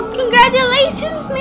congratulations